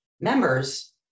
members